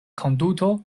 konduto